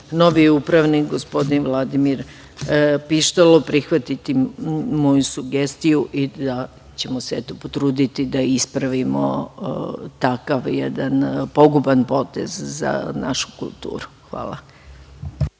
novi upravnik, gospodin Vladimir Pištalo, prihvatiti moju sugestiju i da ćemo se potruditi da ispravimo takav jedan poguban potez za našu kulturu. Hvala.